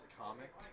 comic